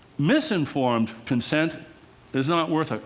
misinformed consent is not worth it.